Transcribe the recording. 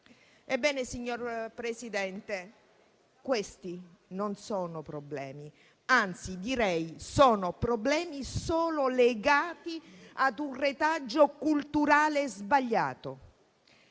Ebbene, signor Presidente, questi non sono problemi, anzi, direi che sono problemi legati solo ad un retaggio culturale sbagliato.